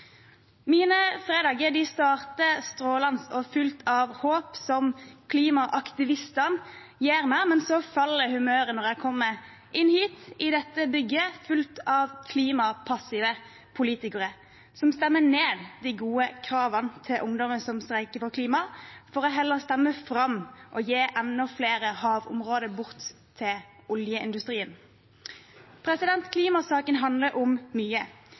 Mine fredager starter strålende og fylt av håp som klimaaktivistene gir meg, men så faller humøret når jeg kommer inn hit, til dette bygget som er fylt av klimapassive politikere som stemmer ned de gode kravene fra ungdommene som streiker for klimaet, for heller å stemme for å gi bort enda flere havområder til oljeindustrien. Klimasaken handler om mye.